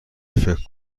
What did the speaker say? فکر